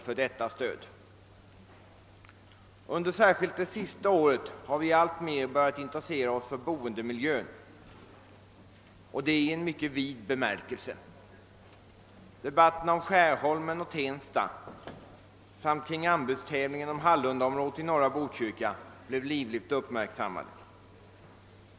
Särskilt under det senaste året har vi alltmer börjat intressera oss för boendemiljön i mycket vid bemärkelse. Debatterna om Skärholmen och Tensta samt kring anbudstävlingen om Hallundaområdet i norra Botkyrka blev livligt uppmärksammade.